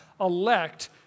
elect